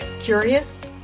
Curious